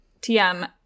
TM